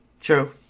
True